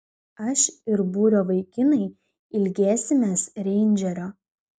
aš ir būrio vaikinai ilgėsimės reindžerio